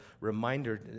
reminder